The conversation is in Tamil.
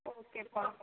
ஓகேப்பா